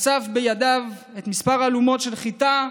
אסף בידיו כמה אלומות של חיטה,